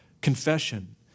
confession